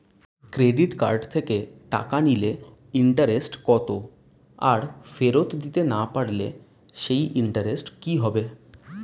Credit card থেকে টাকা নিলে ইন্টারেস্ট কত আর ফেরত দিতে না পারলে সেই ইন্টারেস্ট কি হবে?